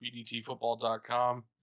BDTFootball.com